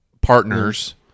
partners